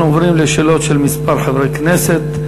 אנחנו עוברים לשאלות של כמה חברי כנסת.